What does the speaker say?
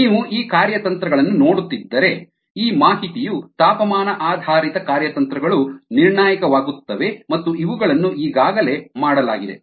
ನೀವು ಈ ಕಾರ್ಯತಂತ್ರಗಳನ್ನು ನೋಡುತ್ತಿದ್ದರೆ ಈ ಮಾಹಿತಿಯು ತಾಪಮಾನ ಆಧಾರಿತ ಕಾರ್ಯತಂತ್ರಗಳು ನಿರ್ಣಾಯಕವಾಗುತ್ತವೆ ಮತ್ತು ಇವುಗಳನ್ನು ಈಗಾಗಲೇ ಮಾಡಲಾಗಿದೆ